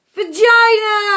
Vagina